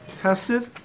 tested